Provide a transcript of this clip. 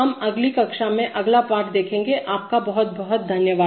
हम अगली कक्षा में अगला पाठ देखेंगे आपका बहुत बहुत धन्यवाद